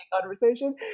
conversation